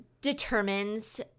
determines